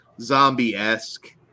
zombie-esque